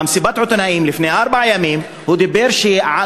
במסיבת עיתונאים לפני ארבעה ימים אמר גם